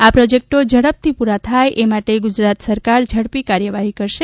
આ પ્રોજેક્ટો ઝડપથી પૂરા થાય એ માટે ગુજરાત સરકાર ઝડપી કાર્યવાહી કરશે